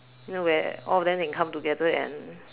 you know where all of them can come together and